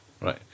Right